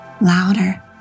Louder